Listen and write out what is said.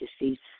deceased